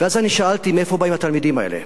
ואז אני שאלתי: מאיפה באים התלמידים האלה?